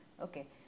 Okay